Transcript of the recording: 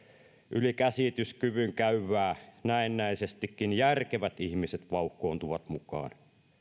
yli käsityskyvyn käyvää kun näennäisestikin järkevät ihmiset vauhkoontuvat mukaan